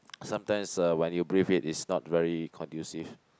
sometimes uh when you breathe it it's not very conducive